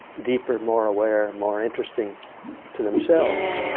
deeper, more aware, more interesting to themselves.